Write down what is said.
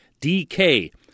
DK